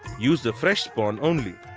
use the fresh spawn only.